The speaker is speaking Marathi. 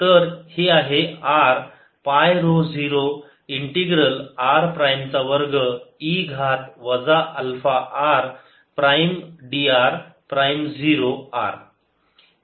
तर हे हे आहे r pi rho 0 integral r prime चा वर्ग e घात वजा alpha r prime d r prime 0 r